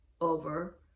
over